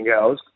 else